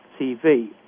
TV